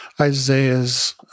Isaiah's